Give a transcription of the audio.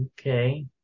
Okay